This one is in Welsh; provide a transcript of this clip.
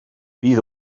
bydd